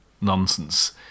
nonsense